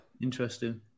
interesting